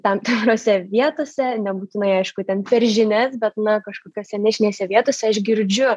tam tikrose vietose nebūtinai aišku ten per žinias bet na kažkokiose nišinėse vietose aš girdžiu